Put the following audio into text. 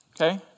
okay